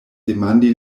demandi